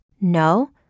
No